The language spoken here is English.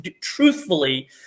truthfully